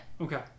Okay